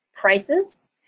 prices